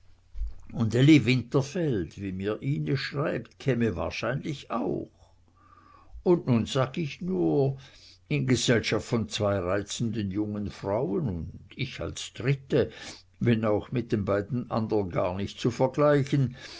und elly winterfeld wie mir ine schreibt käme wahrscheinlich auch und nun sag ich mir in gesellschaft von zwei reizenden jungen frauen und ich als dritte wenn auch mit den beiden andern gar nicht zu vergleichen